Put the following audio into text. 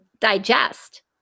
digest